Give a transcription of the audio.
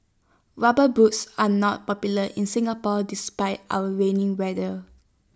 rubber boots are not popular in Singapore despite our rainy weather